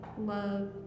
love